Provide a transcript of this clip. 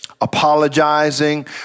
apologizing